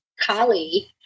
Kali